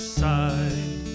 side